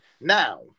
Now